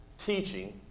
teaching